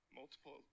multiple